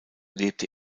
lebte